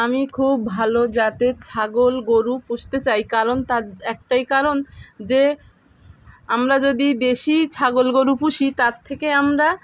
আমি খুব ভালো জাতের ছাগল গরু পুষতে চাই কারণ তার একটাই কারণ যে আমরা যদি বেশি ছাগল গরু পুষি তার থেকে আমরা